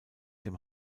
dem